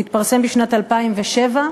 הוא התפרסם בשנת 2007,